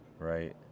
Right